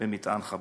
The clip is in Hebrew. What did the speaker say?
במטען חבלה.